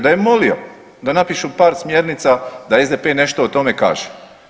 Da je molio da napišu par smjernica da SDP nešto o tome kaže.